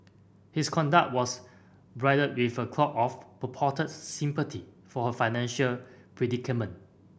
his conduct was bridled with a cloak of purported sympathy for her financial predicament